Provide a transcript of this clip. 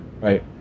Right